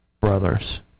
brothers